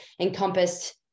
encompassed